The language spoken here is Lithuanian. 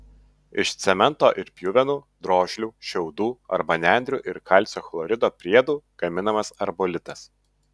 iš cemento ir pjuvenų drožlių šiaudų arba nendrių ir kalcio chlorido priedų gaminamas arbolitas